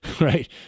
right